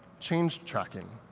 change tracking.